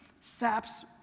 saps